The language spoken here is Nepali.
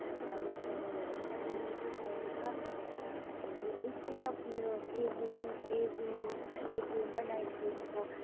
रिटर्न ऊ योहरू पनि सबै मेटिराखेको छ के अरे इन्स्टिेड अफ मेरो एजिङ एजिङको डे क्रिम र नाइट क्रिमको